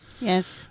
Yes